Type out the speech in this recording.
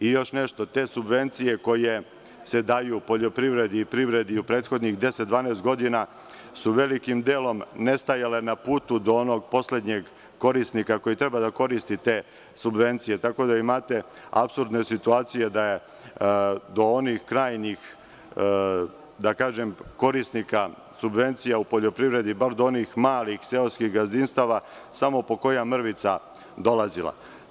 Te subvencije koje se daju poljoprivredi i privredi u prethodnih deset, dvanaest godina su velikim delom nestajale na putu do onog poslednjeg korisnika koji treba da koristi te subvencije, tako da imate apsurdne situacije do onih krajnjih, da kažem korisnika subvencija u poljoprivredi, bar do onih malih seoskih gazdinstava, samo po koja mrvica je dolazila.